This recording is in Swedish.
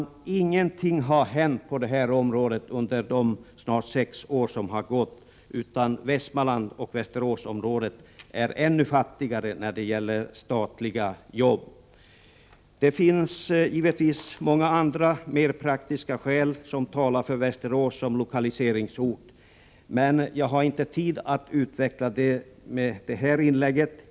Ingenting har hänt på det här området under de snart sex år som gått, utan Västmanland och Västeråsområdet är nu ännu fattigare när det gäller statliga jobb. Det finns givetvis många andra, mer praktiska skäl som talar för Västerås som lokaliseringsort, men jag har inte tid att utveckla dem i det här inlägget.